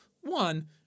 one